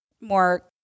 more